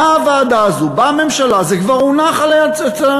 באה הוועדה הזו, באה הממשלה, זה כבר הונח בממשלה,